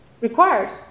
required